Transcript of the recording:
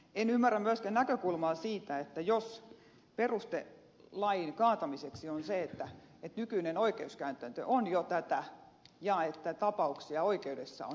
en ymmärrä myöskään näkökulmaa siitä että peruste lain kaatamiseksi on se että nykyinen oikeuskäytäntö on jo tätä ja että tapauksia oikeudessa on näin vähän